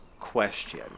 question